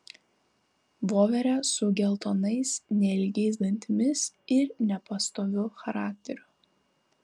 voverę su geltonais nelygiais dantimis ir nepastoviu charakteriu